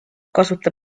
kasuta